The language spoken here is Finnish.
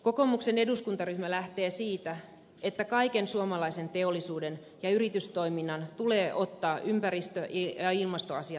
kokoomuksen eduskuntaryhmä lähtee siitä että kaiken suomalaisen teollisuuden ja yritystoiminnan tulee ottaa ympäristö ja ilmastoasiat huomioon